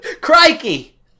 Crikey